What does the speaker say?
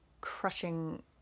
crushing